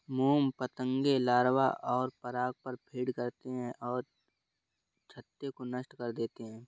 मोम पतंगे लार्वा और पराग पर फ़ीड करते हैं और छत्ते को नष्ट कर देते हैं